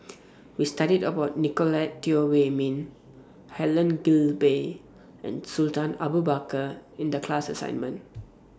We studied about Nicolette Teo Wei Min Helen Gilbey and Sultan Abu Bakar in The class assignment